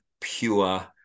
pure